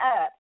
up